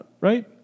right